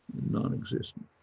non existent.